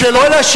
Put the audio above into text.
התשובה ברורה.